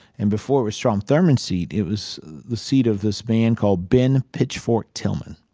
and before it was strom thurmond's seat, it was the seat of this man called ben pitchfork tillman.